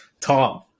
Tom